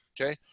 okay